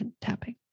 tapping